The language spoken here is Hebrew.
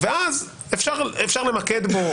ואז אפשר למקד בו.